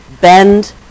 bend